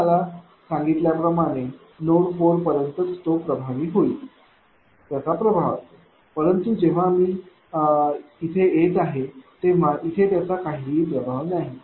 मी तुम्हाला सांगितल्या प्रमाणे नोड 4 पर्यंतच तो प्रभावी होईल परंतु जेव्हा मी येथे येत आहे तेव्हा इथे त्याचा काहीही प्रभाव नाही